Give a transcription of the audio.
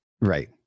Right